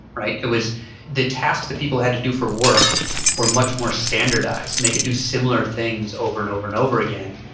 it was the tasks that people had to do for work were much more standardized and they could do similar things over and over and over again.